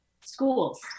schools